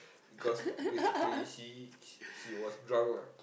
because basically he he he was drunk lah